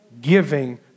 giving